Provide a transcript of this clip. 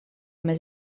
més